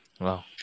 wow